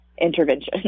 intervention